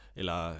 eller